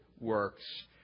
works